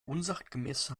unsachgemäßer